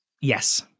yes